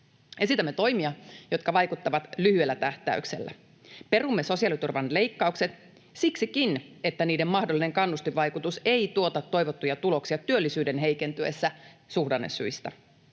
Esitämme toimia, jotka vaikuttavat lyhyellä tähtäyksellä. Perumme sosiaaliturvan leikkaukset siksikin, että niiden mahdollinen kannustinvaikutus ei tuota toivottuja tuloksia työllisyyden heikentyessä suhdannesyistä.